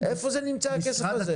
איפה הכסף הזה נמצא?